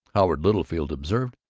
howard littlefield observed,